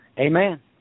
Amen